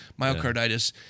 myocarditis